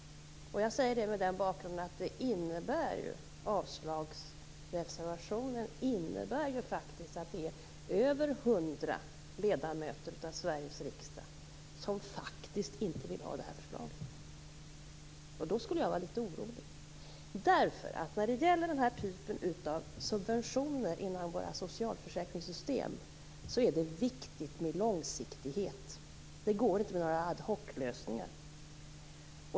Jag säger det mot den bakgrunden att avslagsreservationen innebär att över 100 ledamöter i Sveriges riksdag faktiskt inte vill ha det här förslaget. Då skulle jag vara litet orolig. När det gäller den här typen av subventioner inom våra socialförsäkringssystem är det viktigt med långsiktighet. Det går inte med några ad hoc-lösningar.